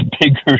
bigger